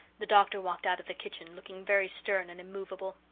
the doctor walked out of the kitchen, looking very stern and immovable.